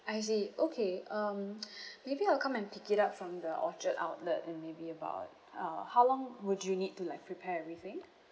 I see okay um maybe I'll come and pick it up from the orchard outlet in maybe about uh how long would you need to like prepare everything